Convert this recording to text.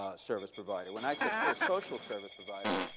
ah service provider. when i said full social service provider,